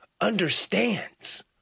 understands